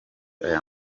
aya